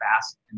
fast